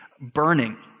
burning